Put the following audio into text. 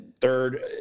third